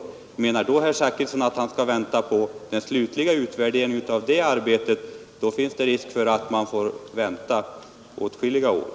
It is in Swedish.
Om herr Zachrisson menar att man skall vänta på den slutliga utvärderingen av det arbetet, uppstår risk för att man får vänta åtskilliga år.